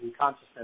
consciousness